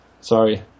Sorry